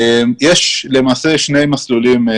למעשה יש שני מסלולים.